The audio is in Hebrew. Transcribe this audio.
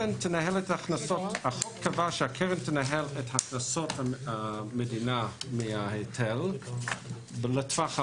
החוק קבע שהקרן תנהל את הכנסות המדינה מההיטל לטווח הארוך,